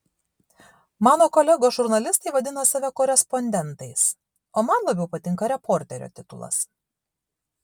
mano kolegos žurnalistai vadina save korespondentais o man labiau patinka reporterio titulas